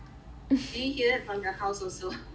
can you hear it from your house also